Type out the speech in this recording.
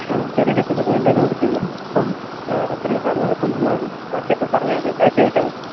ആ ചെറിയ ടച്ചപ്പൊക്കെ വേണ്ടതു നമുക്ക് ചെയ്യാം അപ്പോള് അത്രയേ ഉള്ളു സാര് നാളെ കൊണ്ടുവന്നാല് മതി ബാക്കി അപ്പോള് പറഞ്ഞാല് മതി ടൈപ്പെയ്തിട്ടാല് മതി